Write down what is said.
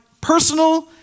personal